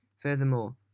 Furthermore